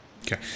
Okay